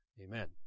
Amen